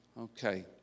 Okay